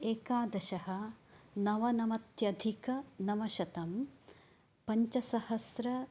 एकादश नवनवत्यधिकनवशतं पञ्चसहस्र